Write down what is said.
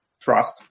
trust